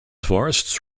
forests